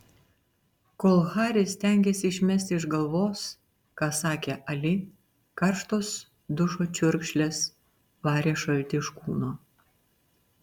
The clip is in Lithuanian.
kol haris stengėsi išmesti iš galvos ką sakė ali karštos dušo čiurkšlės varė šaltį iš kūno